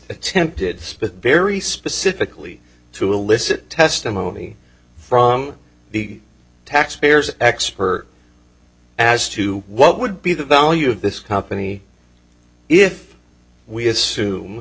attempted spin very specifically to elicit testimony from the taxpayers expert as to what would be the value of this company if we assume